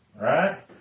right